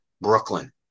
Brooklyn